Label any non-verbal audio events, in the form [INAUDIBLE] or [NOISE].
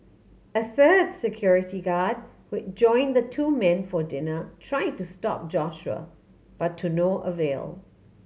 a third security guard who [UNINTELLIGIBLE] join the two men for dinner try to stop Joshua but to no avail